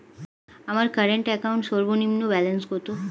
আমার current account সর্বনিম্ন balance কত?